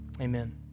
Amen